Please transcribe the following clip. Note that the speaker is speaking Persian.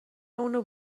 اونو